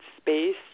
space